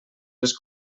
les